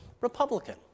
Republican